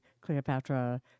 Cleopatra